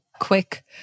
quick